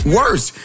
worse